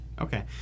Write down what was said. Okay